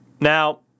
now